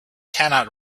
cannot